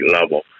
level